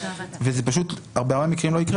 וזה לא יקרה,